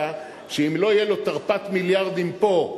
שאם לא יהיה לו תרפ"ט מיליארדים פה,